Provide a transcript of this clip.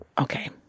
okay